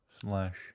Slash